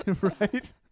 Right